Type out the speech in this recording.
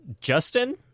Justin